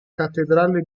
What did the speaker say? cattedrale